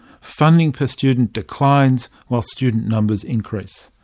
funding per student declines while student numbers increase.